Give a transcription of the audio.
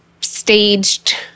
staged